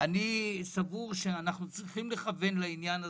אני סבור שאנחנו צריכים לכוון לעניין הזה.